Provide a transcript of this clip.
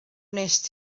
wnest